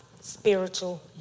spiritual